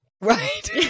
right